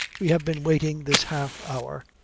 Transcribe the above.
we have been waiting this half hour.